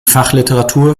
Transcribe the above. fachliteratur